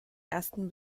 ersten